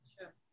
Sure